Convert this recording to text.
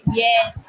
yes